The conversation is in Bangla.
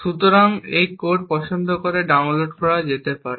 সুতরাং এই কোডটি পছন্দ করে ডাউনলোড করা যেতে পারে